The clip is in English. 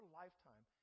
lifetime